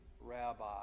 rabbi